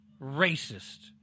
racist